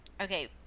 Okay